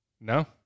No